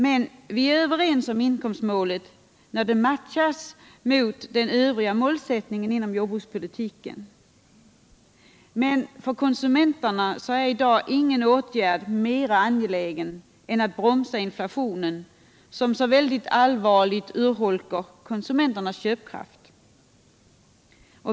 Men vi är överens om inkomstmålet när det matchas mot den övriga målsättningen inom jordbrukspolitiken. För konsumenterna är i dag ingen åtgärd mera angelägen än att bromsa inflationen som så allvarligt urholkar konsumenternas köpkraft.